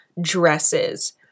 dresses